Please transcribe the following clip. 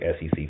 SEC